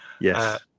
yes